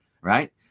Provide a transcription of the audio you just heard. right